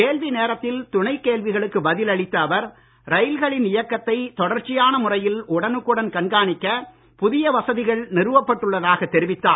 கேள்வி நேரத்தில் துணைக் கேள்விகளுக்கு பதில் அளித்த அவர் ரயில்களின் இயக்கத்தை தொடர்ச்சியான முறையில் உடனுக்குடன் கண்காணிக்க புதிய வசதிகள் நிறுவப் பட்டுள்ளதாக தெரிவித்தார்